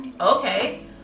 okay